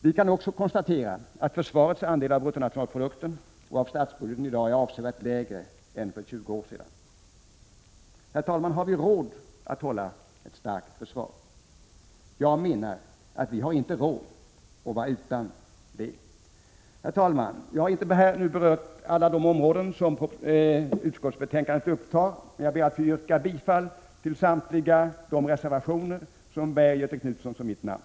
Vi kan också konstatera att försvarets andel av bruttonationalprodukten och av statsbudgeten i dag är avsevärt lägre än för 20 år sedan. Herr talman! Har vi råd att hålla ett starkt försvar? Jag menar att vi inte har råd att vara utan det. Herr talman! Jag har här nu inte berört alla de områden som utskottsbetänkandet tar upp, men jag ber att få yrka bifall till samtliga de reservationer som bär Göthe Knutsons och mitt namn.